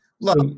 Look